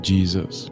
Jesus